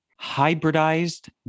hybridized